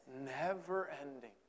never-ending